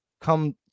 come